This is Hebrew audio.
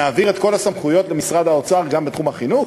נעביר למשרד האוצר גם את כל הסמכויות בתחום החינוך?